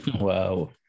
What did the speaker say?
wow